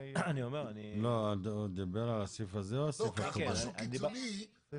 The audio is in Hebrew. והדבר הזה מוסדר במערכת דינים ובפסיקה שגם